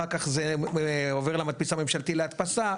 אחר כך זה עובר למדפיס הממשלתי להדפסה,